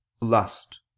lust